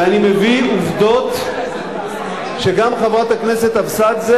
ואני מביא עובדות שגם חברת הכנסת אבסדזה